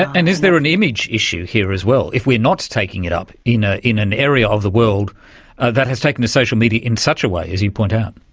and is there an image issue here as well, if we are not taking it up in ah in an area of the world that has taken to social media in such a way, as you point out?